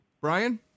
Brian